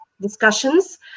discussions